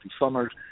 summers